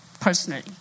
personally